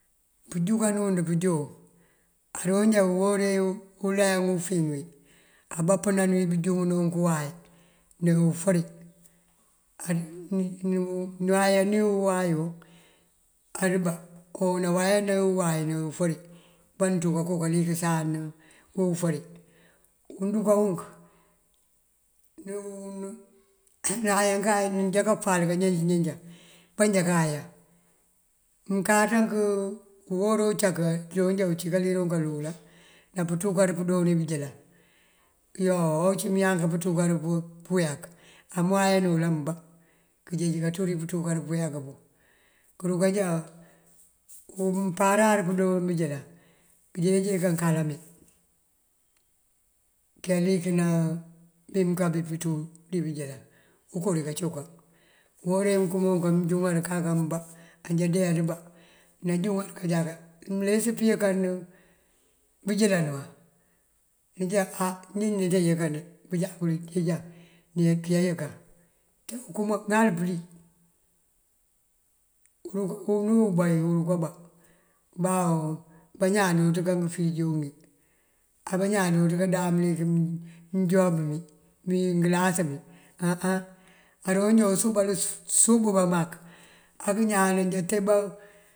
Pëjúkanun pëjoon aroon já uwore ufíiŋ wí abapënan ujúŋënunk wí away ná ufëri. anawayáani wí uway wun adubá, kon nawayáanan uway ná ufëri banţú kanko kalikësan wí ufëri. Wun wuduka wunk njá kefal këjenţ jenţën pa njá kawayáan. uhora ucak unjoo cí kaliroŋ kalola ná pëcukar pandooni bëjëlan yo ací mënyank pancukar puweek amëwayáan wul ambá, këjeej kanţú dí puncukar puweek pun. Kërukajá mëmpara kadoon bëjëlan kënjeej kankarami kelikëna bí mënká mí kanţú dí bëjëlan uko dikacuka. Uhore ukumonk mënjúŋar kak ambá adundee ambá, najúŋar këjáka mënles kayëkan bëjëlanu wa? Nujá á njí neţe yëkan de bujákul këjá kíyá kíyëkan. Te kuma ŋal pëlí unú wí ubá pí urukabá. Bañaan jooţ ká ngëfërigo ngí, bañaan jooţ dáan mëlik mënjuwáab mí, mí ngëlas mí. Aroonjá bësubal suba mak bañaan tee bá…